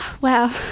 Wow